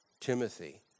Timothy